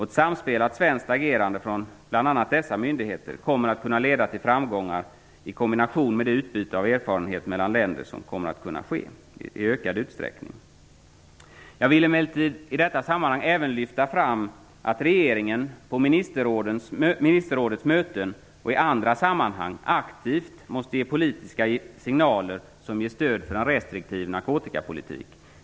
Ett samspelat svenskt agerande från olika myndigheter kommer att leda till framgångar i kombination med det utbyte av erfarenheter mellan länder som kommer att kunna ske i ökad utsträckning. Jag vill emellertid även lyfta fram att regeringen på ministerrådets möten och i andra sammanhang aktivt måste ge politiska signaler som ger stöd för en restriktiv narkotikapolitik.